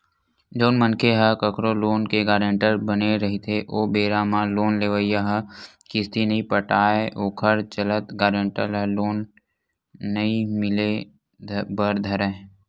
जउन मनखे ह कखरो लोन के गारंटर बने रहिथे ओ बेरा म लोन लेवइया ह किस्ती नइ पटाय ओखर चलत गारेंटर ल लोन नइ मिले बर धरय